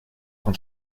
con